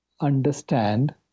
understand